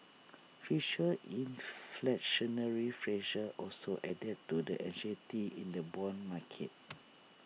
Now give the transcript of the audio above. future inflationary pressure also added to the anxiety in the Bond market